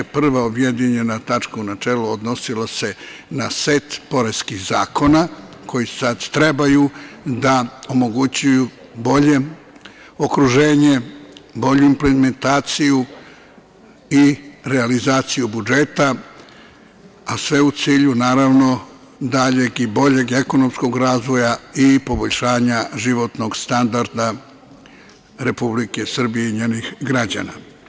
Prva objedinjena tačka u načelu odnosila se na set poreskih zakona koji sad trebaju da omogućuju bolje okruženje, bolju implementaciju i realizaciju budžeta, a sve u cilju, naravno daljeg i boljeg ekonomskog razvoja i poboljšanja životnog standarda Republike Srbije i njenih građana.